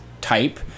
type